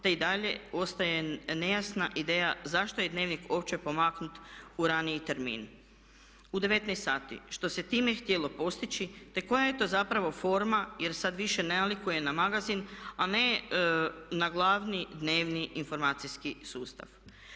Te i dalje ostaje nejasna ideja zašto je Dnevnik uopće pomaknut u raniji termin u 19,00 sati, što se time htjelo postići, te koja je to zapravo forma jer sad više nalikuje na magazin, a ne na glavni dnevni informacijski sustav.